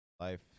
life